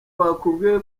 bakubwiye